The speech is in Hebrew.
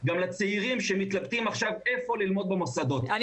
גם לצעירים שמתלבטים עכשיו איפה ללמוד במוסדות -- שלומי,